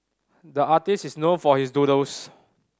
the artist is known for his doodles